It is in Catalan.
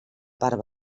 part